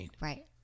Right